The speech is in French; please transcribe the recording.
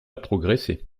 progresser